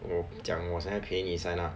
讲我才陪你 sign up